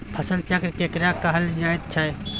फसल चक्र केकरा कहल जायत छै?